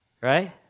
Right